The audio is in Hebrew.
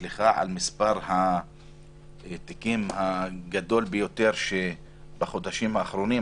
אצלך על מספר התיקים הגדול ביותר בחודשים האחרונים,